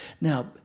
Now